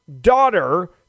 daughter